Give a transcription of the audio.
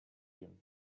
him